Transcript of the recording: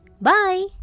Bye